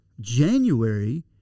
January